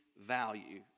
value